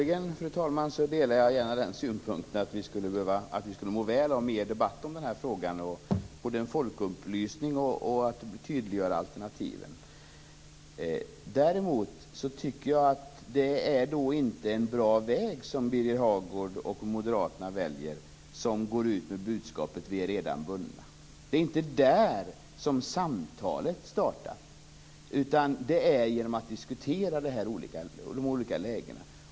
Fru talman! Personligen delar jag gärna den synpunkten att vi skulle må väl av mer debatt i den här frågan, både vad gäller folkupplysning och tydliggörande av alternativen. Däremot tycker jag inte att Birger Hagård och Moderaterna väljer en bra väg när de går ut med budskapet att vi redan är bundna. Det är inte där som samtalet startar, utan det sker i en diskussion om de olika lägena.